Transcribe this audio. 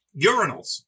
urinals